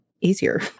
easier